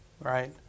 Right